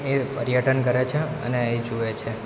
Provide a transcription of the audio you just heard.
એ પર્યટન કરે છે અને એ જુએ છે